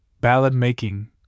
ballad-making